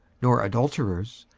nor adulterers,